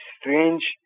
strange